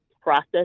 process